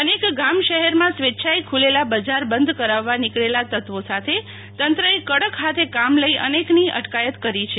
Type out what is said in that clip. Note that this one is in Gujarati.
અનેક ગામ શહેરમાં સ્વચ્છાએ ખુલેલા બજાર બંધ કરાવવા નીકળેલા તત્વી સાથે તંત્ર્યે કડક હાથે કામ લઈ અનેકની અટકાયત કરી છે